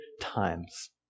times